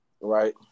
Right